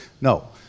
No